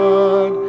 God